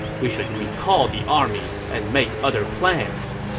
we should recall the army and make other plans.